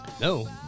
No